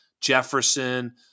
Jefferson